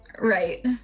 right